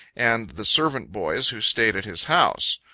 and the servant boys who stayed at his house.